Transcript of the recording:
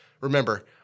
Remember